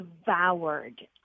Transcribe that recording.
devoured